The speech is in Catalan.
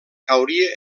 cauria